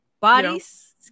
bodies